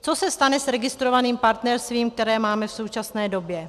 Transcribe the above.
Co se stane s registrovaným partnerstvím, které máme v současné době?